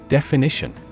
Definition